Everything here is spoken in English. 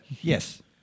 yes